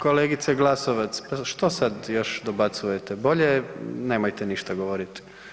Kolegice Glasovac, pa što sad još dobacujete, bolje nemojte ništa govorit.